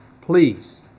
Please